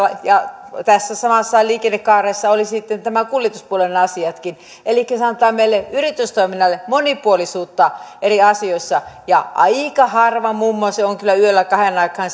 tässä samassa liikennekaaressa olivat sitten nämä kuljetuspuolen asiatkin elikkä se antaa meillä yritystoiminnalle monipuolisuutta eri asioissa aika harva mummo on kyllä yöllä kahden aikaan